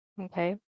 okay